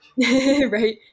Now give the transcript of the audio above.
Right